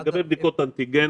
לגבי בדיקות אנטיגן